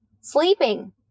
sleeping